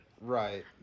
Right